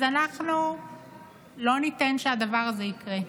אז אנחנו לא ניתן שהדבר הזה יקרה.